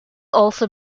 also